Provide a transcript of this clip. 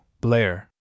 Blair